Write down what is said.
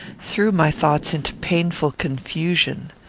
threw my thoughts into painful confusion.